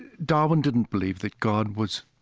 darwin didn't believe that god was